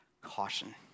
Caution